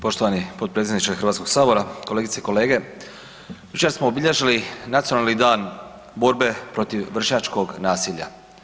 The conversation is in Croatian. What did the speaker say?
Poštovani potpredsjedniče Hrvatskog sabora, kolegice i kolege jučer smo obilježili Nacionalni dan borbe protiv vršnjačkog nasilja.